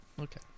okay